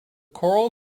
choral